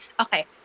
Okay